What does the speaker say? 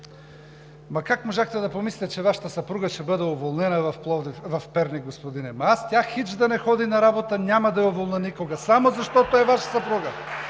Ама как можахте да помислите, че Вашата съпруга ще бъде уволнена в Перник, господине? Тя хич да не ходи на работа, няма да я уволня никога само защото е Ваша съпруга!